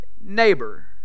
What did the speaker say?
neighbor